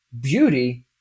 beauty